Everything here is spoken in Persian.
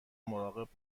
مراقب